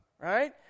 right